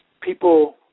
people